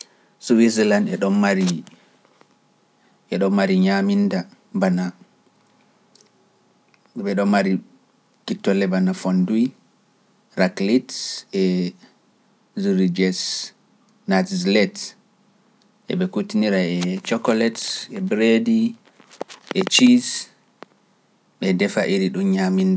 Suwiselaan eɗo mari ñaminda bana, kittole bana fonduy, raclette, et jurijes, nattis let, ete kutinira e coklet, ete bredi, ete cheese, ete defa e ɗum ñaminda.